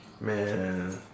Man